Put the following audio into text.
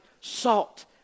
salt